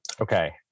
okay